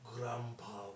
Grandpa